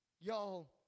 Y'all